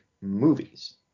movies